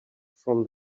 from